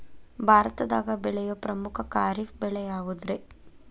ಭಾರತದಾಗ ಬೆಳೆಯೋ ಪ್ರಮುಖ ಖಾರಿಫ್ ಬೆಳೆ ಯಾವುದ್ರೇ?